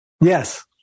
Yes